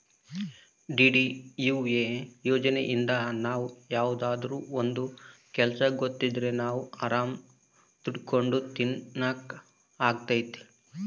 DDUA ಯೋಜನೆಇಂದ ನಾವ್ ಯಾವ್ದಾದ್ರೂ ಒಂದ್ ಕೆಲ್ಸ ಗೊತ್ತಿದ್ರೆ ನಾವ್ ಆರಾಮ್ ದುಡ್ಕೊಂಡು ತಿನಕ್ ಅಗ್ತೈತಿ